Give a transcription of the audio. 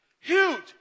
Huge